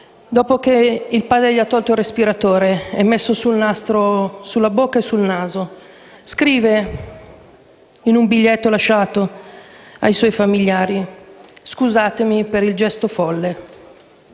dopo che il padre gli ha tolto il respiratore e messo un nastro sulla bocca e sul naso. Il padre ha scritto in un biglietto, lasciato ai suoi familiari: «Scusatemi per il gesto folle».